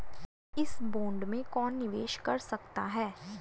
इस बॉन्ड में कौन निवेश कर सकता है?